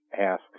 ask